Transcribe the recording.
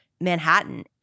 Manhattan